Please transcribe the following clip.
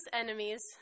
enemies